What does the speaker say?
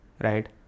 right